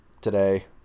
today